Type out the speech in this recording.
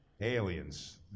Aliens